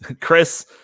Chris